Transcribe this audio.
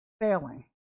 Failing